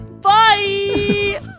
bye